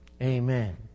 Amen